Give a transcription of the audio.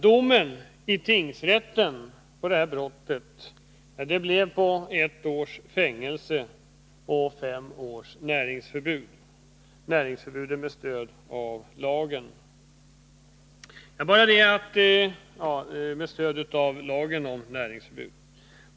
Domen i tingsrätten för detta brott blev ett års fängelse och fem års näringsförbud med stöd av lagen om näringsförbud.